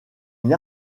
une